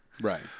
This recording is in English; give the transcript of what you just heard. right